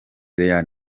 real